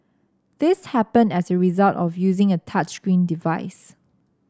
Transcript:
this happened as a result of using a touchscreen device